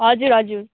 हजुर हजुर